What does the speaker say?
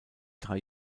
drei